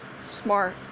smart